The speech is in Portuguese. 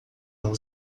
ano